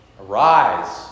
arise